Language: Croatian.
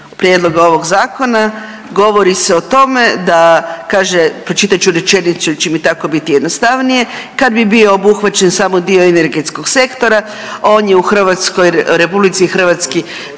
prijedloga ovog zakona govori se o tome da, kaže, pročitat ću rečenicu jer će mi tako biti jednostavnije, kad bi bio obuhvaćen samo dio energetskog sektora on je u Hrvatskoj, u RH malo,